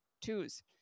twos